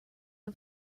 out